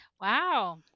Wow